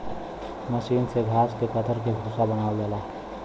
मसीन से घास के कतर के भूसा बनावल जाला